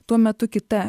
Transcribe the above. tuo metu kita